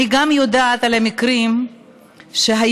אני יודעת גם על מקרים שהילדים,